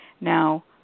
now